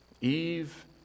Eve